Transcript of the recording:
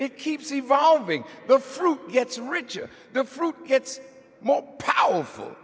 it keeps evolving the fruit gets richer the fruit gets more powerful